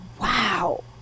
Wow